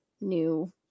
new